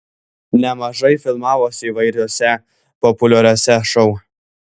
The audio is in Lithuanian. nemažai filmavosi įvairiuose populiariuose šou